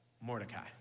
Mordecai